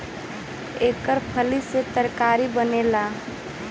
एकर फली से तरकारी बनेला